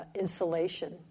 insulation